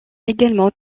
également